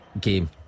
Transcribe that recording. Game